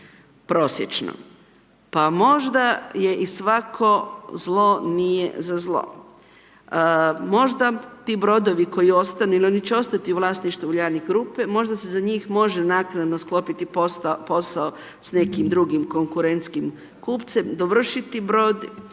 prosječno. Pa možda je i svako zlo, nije za zlo. Možda ti brodovi koji ostanu, jer oni će ostati u vlasništvu Uljanik grupe, možda se za njih može naknadno sklopiti posao s nekim drugim konkurentskim kupcem, dovršiti brod